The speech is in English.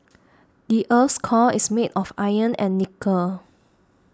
the earth's core is made of iron and nickel